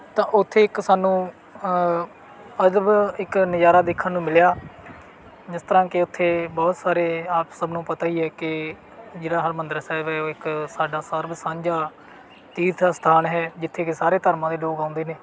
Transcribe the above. ਤਾਂ ਉੱਥੇ ਇੱਕ ਸਾਨੂੰ ਅਦਬ ਇੱਕ ਨਜ਼ਾਰਾ ਦੇਖਣ ਨੂੰ ਮਿਲਿਆ ਜਿਸ ਤਰ੍ਹਾਂ ਕਿ ਉੱਥੇ ਬਹੁਤ ਸਾਰੇ ਆਪ ਸਭ ਨੂੰ ਪਤਾ ਹੀ ਹੈ ਕਿ ਜਿਹੜਾ ਹਰਿਮੰਦਰ ਸਹਿਬ ਹੈ ਉਹ ਹੈ ਇੱਕ ਸਾਡਾ ਸਰਬ ਸਾਂਝਾ ਤੀਰਥ ਅਸਥਾਨ ਹੈ ਜਿੱਥੇ ਕਿ ਸਾਰੇ ਧਰਮਾਂ ਦੇ ਲੋਕ ਆਉਂਦੇ ਨੇ